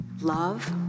love